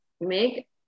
make